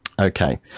Okay